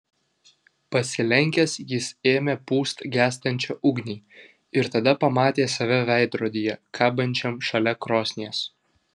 pasilenkęs jis ėmė pūst gęstančią ugnį ir tada pamatė save veidrodyje kabančiam šalia krosnies